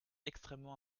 extrêmement